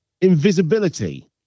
invisibility